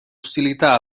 ostilità